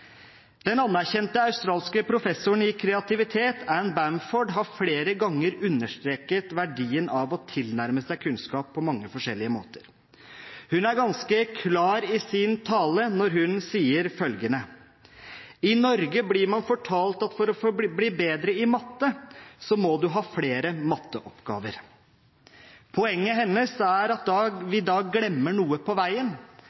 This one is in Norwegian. Den anerkjente australske professoren i kreativitet, Anne Bamford, har flere ganger understreket verdien av å tilnærme seg kunnskap på mange forskjellige måter. Hun er ganske klar i sin tale når hun sier følgende: I Norge blir man fortalt at for å bli bedre i matte så må du ha flere matteoppgaver. Poenget hennes er at vi da glemmer noe på veien,